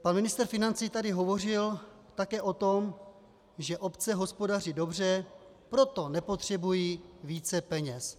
Pan ministr financí tady hovořil také o tom, že obce hospodaří dobře, proto nepotřebují více peněz.